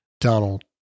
Donald